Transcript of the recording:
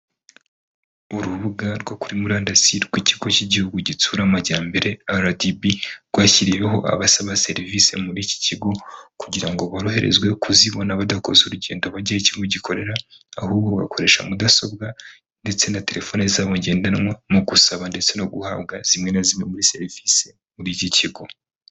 Urubuga rwo kuri murandasi rw'ikigo cy'igihugu gitsura amajyambere RDB, rwashyiriyeho abasaba serivisi muri iki kigo kugira ngo boroherezwe kuzibona badakoze urugendo bajya aho ikigo gikorera, ahubwo bakoresha mudasobwa ndetse na telefone zabo ngendanwa, mu gusaba ndetse no guhabwa zimwe na zimwe muri serivisi muri iki kigo.